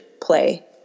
play